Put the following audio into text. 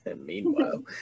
meanwhile